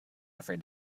afraid